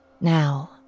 Now